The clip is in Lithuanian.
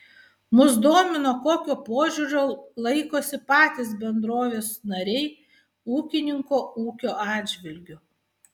mus domino kokio požiūrio laikosi patys bendrovės nariai ūkininko ūkio atžvilgiu